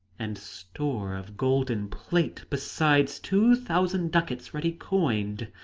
and store of golden plate, besides two thousand ducats ready-coined.